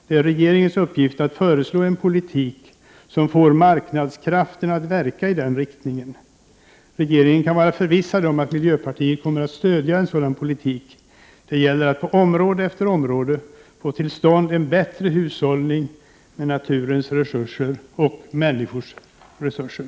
Det är regeringens uppgift att föreslå en politik som får marknadskrafterna att verka i den riktningen. Regeringen kan vara förvissad om att miljöpartiet kommer att stödja en sådan politik. Det gäller att man på område efter område får till stånd en bättre hushållning med naturens resurser och med människornas resurser.